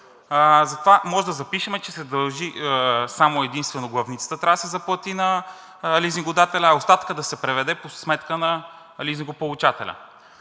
Затова може да запишем, че се дължи само и единствено главницата, която трябва да се заплати на лизингодателя, а остатъкът да се преведе по сметка на лизингополучателя.